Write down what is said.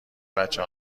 بچه